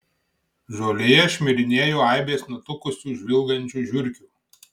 žolėje šmirinėjo aibės nutukusių žvilgančių žiurkių